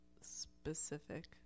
specific